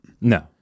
No